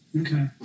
Okay